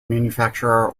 manufacturer